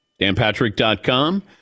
DanPatrick.com